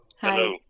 Hello